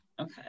Okay